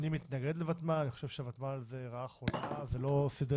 זה לא סוד שאני מתנגד לוותמ"ל,